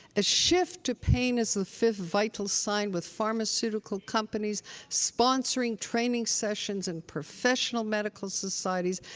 a shift to pain as the fifth vital sign, with pharmaceutical companies sponsoring training sessions and professional medical societies,